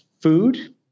food